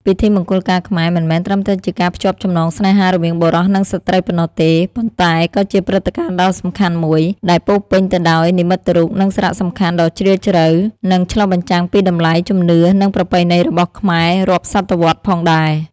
ពិធីមង្គលការខ្មែរ មិនមែនត្រឹមតែជាការភ្ជាប់ចំណងស្នេហារវាងបុរសនិងស្ត្រីប៉ុណ្ណោះទេ ប៉ុន្តែក៏ជាព្រឹត្តិការណ៍ដ៏សំខាន់មួយដែលពោរពេញទៅដោយ និមិត្តរូប និងសារៈសំខាន់ដ៏ជ្រាលជ្រៅ នឹងឆ្លុះបញ្ចាំងពីតម្លៃ ជំនឿ និងប្រពៃណីរបស់ខ្មែររាប់សតវត្សរ៍ផងដែរ ។